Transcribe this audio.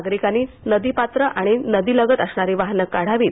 नागरिकांनी नदीपात्र आणि नदीलगत असणारी वाहनं काढावीत